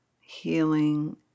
healing